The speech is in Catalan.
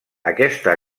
aquesta